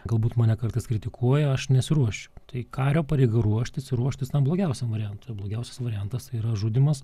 galbūt mane kartais kritikuoja aš nesiruošiu tai kario pareiga ruoštis ir ruoštis blogiausiam variantui blogiausias variantas yra žudymas